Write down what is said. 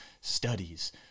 studies